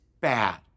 bad